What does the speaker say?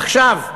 עכשיו,